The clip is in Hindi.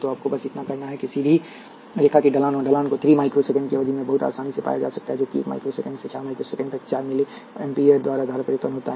तो आपको बस इतना करना है कि एक सीधी रेखा की ढलान और ढलान को 3 माइक्रो सेकेंड की अवधि में बहुत आसानी से पाया जा सकता है जो कि 1 माइक्रो सेकेंड से 4 माइक्रो सेकेंड तक 4 मिली एम्पीयर द्वारा धारा परिवर्तन होता है